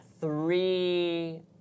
three